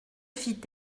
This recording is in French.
fit